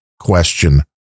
question